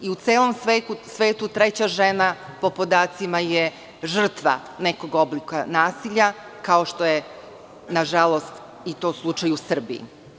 U celom svetu svaka treća žena po podacima je žrtva nekog oblika nasilja, kao što je nažalost i to slučaj u Srbiji.